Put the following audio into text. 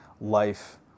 life